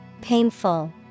Painful